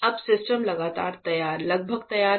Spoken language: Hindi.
अब सिस्टम लगभग तैयार है